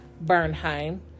Bernheim